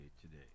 today